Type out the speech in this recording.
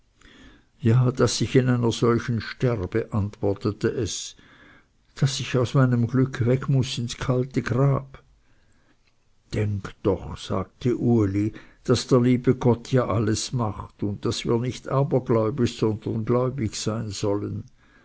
ja daß ich in einer solchen sterbe antwortete es daß ich aus meinem glück weg muß ins kalte grab denk doch sagte uli daß der liebe gott ja alles macht und daß wir nicht abergläubisch sondern gläubig sein sollen